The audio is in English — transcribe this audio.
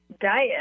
diet